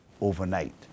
overnight